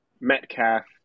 Metcalf